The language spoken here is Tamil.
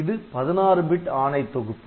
இது 16 பிட் ஆணை தொகுப்பு